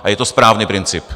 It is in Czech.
A je to správný princip!